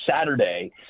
Saturday